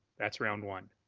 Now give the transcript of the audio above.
that's round one.